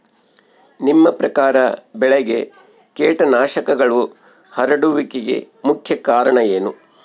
ನಿಮ್ಮ ಪ್ರಕಾರ ಬೆಳೆಗೆ ಕೇಟನಾಶಕಗಳು ಹರಡುವಿಕೆಗೆ ಮುಖ್ಯ ಕಾರಣ ಏನು?